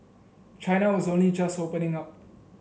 China was only just opening up